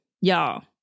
y'all